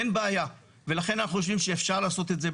אין בעיה ולכן אנחנו חושבים שאפשר לעשות את זה,